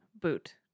boot